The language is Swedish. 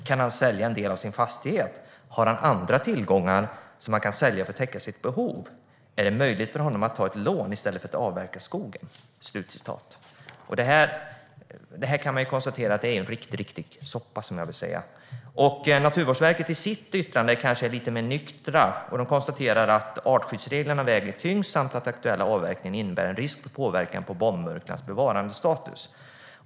Kan han sälja en del av sin fastighet? Har han andra tillgångar han kan sälja för att täcka sitt behov? Är det möjligt för honom att ta ett lån i? stället för att avverka skogen? Man kan konstatera att detta är en riktig soppa. På Naturvårdsverket är de kanske lite mer nyktra i sitt yttrande. De konstaterar att artskyddsreglerna väger tyngst samt att den aktuella avverkningen innebär en risk för påverkan på bombmurklans bevarandestatus.